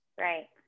right